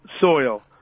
soil